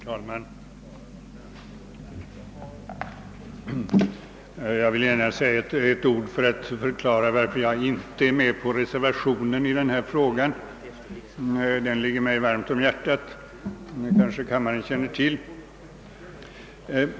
Herr talman! Jag vill gärna säga några ord för att förklara varför jag inte anslutit mig till reservationen i denna fråga. Dessa saker ligger mig varmt om hjärtat, det kanske kammarens ledamöter känner till.